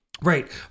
Right